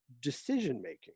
decision-making